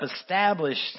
established